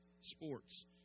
sports